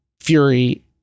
Fury